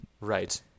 Right